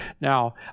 Now